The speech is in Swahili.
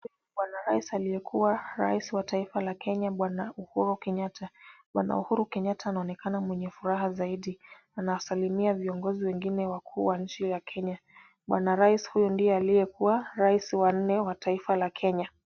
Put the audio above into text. Bwana rais aliyekua Rais wa taifa la kenya bwana Uhuru Kenyatta, bwana Uhuru kenyatta anaonekana mwenye furaha zaidi, anawasalimia viongozi wengine wakuu wa nchi wa Kenya, bwana rais huyo ndiye aliyekuwa rais wa nne wa taifa la Kenya.